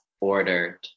ordered